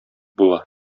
була